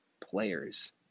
players